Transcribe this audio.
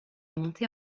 montée